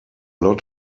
lot